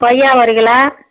கொய்யா ஒரு கிலோ